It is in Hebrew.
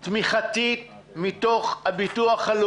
תמיכתית מתוך הביטוח הלאומי?